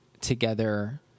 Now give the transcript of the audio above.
together